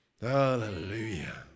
Hallelujah